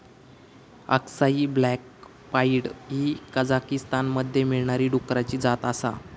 अक्साई black pied ही कझाकीस्तानमध्ये मिळणारी डुकराची जात आसा